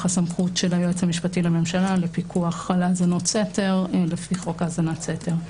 הסמכות של היועץ המשפטי לממשלה לפיקוח על האזנות סתר לפי חוק האזנת סתר.